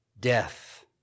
death